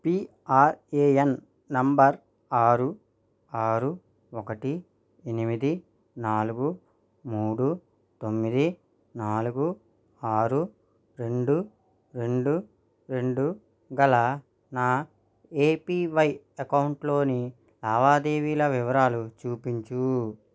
PRAN number ఆరు ఆరు ఒకటి ఎనిమిది నాలుగు మూడు తొమ్మిది నాలుగు ఆరు రెండు రెండు రెండు గల నా ఏపీవై అకౌంట్లోని లావీదేవిల వివరాలు చూపించూ